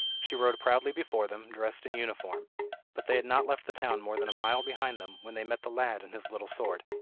she rode proudly before them, dressed in uniform but they had not left the town more than a mile behind them, when they met the lad and his little sword.